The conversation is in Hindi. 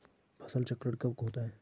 फसल चक्रण कब होता है?